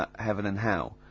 heaven and hell.